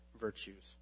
virtues